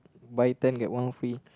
buy ten get one free